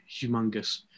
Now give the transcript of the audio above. humongous